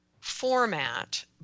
format